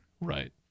Right